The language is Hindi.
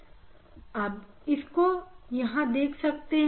इस पूरे प्रिय को हम सिंगल स्लिट डिफ्रेक्शन के प्रभाव से भी समझ सकते हैं